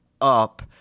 up